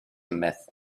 myth